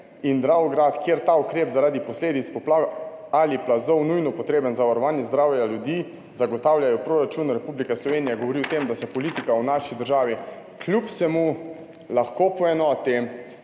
in Dravograd, kjer ta ukrep zaradi posledic poplav ali plazov nujno potreben za varovanje zdravja ljudi, zagotavljajo proračun Republike Slovenije.« Govori o tem, da se politika v naši državi kljub vsemu lahko poenoti.